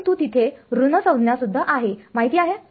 परंतु तिथे ऋण संज्ञा सुद्धा आहे माहिती आहे